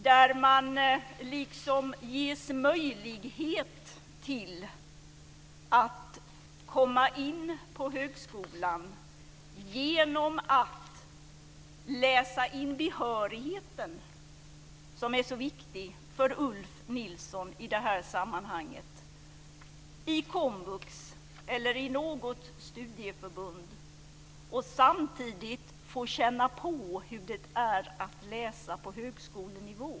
Där ges man möjlighet till att komma in på högskolan genom att läsa in behörigheten, som är så viktig för Ulf Nilsson i det här sammanhanget, i Komvux eller i något studieförbund och samtidigt få känna på hur det är att läsa på högskolenivå.